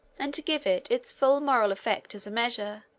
and to give it its full moral effect as a measure,